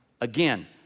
Again